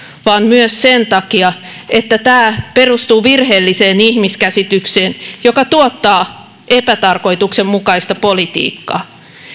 vaan myös sen takia että tämä perustuu virheelliseen ihmiskäsitykseen joka tuottaa epätarkoituksenmukaista politiikkaa